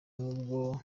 nubwo